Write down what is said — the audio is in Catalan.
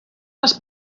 les